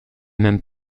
même